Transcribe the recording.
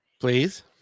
Please